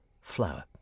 Flower